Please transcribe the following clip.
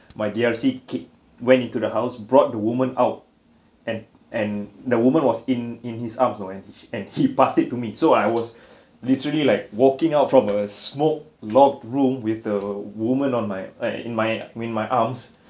my D_R_C kick went into the house brought the woman out and and the woman was in in his arms know eh and he pass it to me so I was literally like walking out from a smoke locked room with the woman on my uh in my in my arm